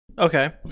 Okay